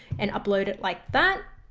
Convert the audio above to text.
and upload it like that